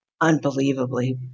unbelievably